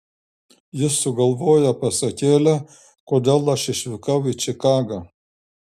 jis sugalvojo pasakėlę kodėl aš išvykau į čikagą